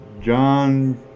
John